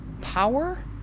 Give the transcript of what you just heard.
power